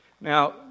Now